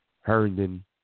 Herndon